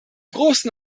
großen